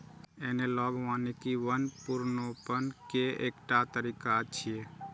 analogue वानिकी वन पुनर्रोपण के एकटा तरीका छियै